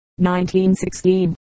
1916